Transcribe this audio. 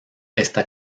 está